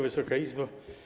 Wysoka Izbo!